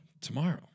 tomorrow